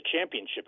championship